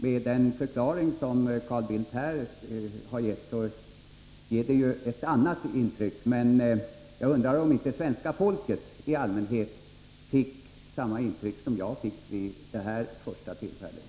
Med den förklaring Carl Bildt här har gett blir det ett annat intryck, men jag undrar om inte svenska folket i allmänhet fick samma intryck som jag fick vid det första tillfället.